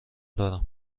دارم